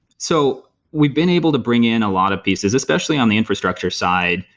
so we've been able to bring in a lot of pieces, especially on the infrastructure side,